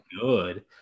good